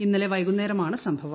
ഇന്നലെ വൈകുന്നേരമാണ് സംഭവം